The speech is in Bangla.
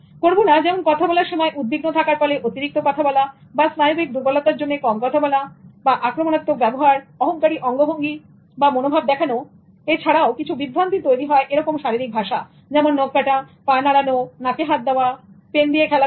করব না যেমন কথা বলার সময় উদ্বিগ্ন থাকার ফলে অতিরিক্ত কথা বলা বা স্নায়ুবিক দুর্বলতার জন্য কম কথা বলা আক্রমনাত্মক ব্যবহার অহংকারী অঙ্গভঙ্গিবা মনোভাব দেখানো এছাড়াও কিছু বিভ্রান্তি তৈরী করে এরকম শারীরিক ভাষা যেমন নখ কাটা পা নাড়ানো নাকে হাত দেওয়া পেন দিয়ে খেলা করা